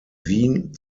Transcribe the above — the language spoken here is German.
wien